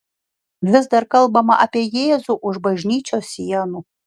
vis dar kalbama apie jėzų už bažnyčios sienų